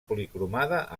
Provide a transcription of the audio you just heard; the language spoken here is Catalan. policromada